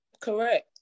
Correct